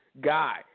guy